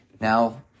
Now